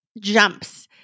jumps